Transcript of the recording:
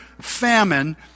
famine